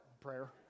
prayer